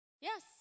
Yes